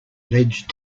ledge